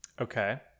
Okay